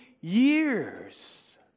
years